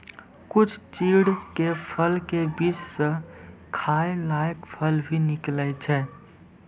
कुछ चीड़ के फल के बीच स खाय लायक फल भी निकलै छै